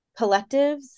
collectives